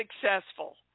successful